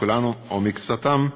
כולם או מקצתם,